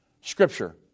Scripture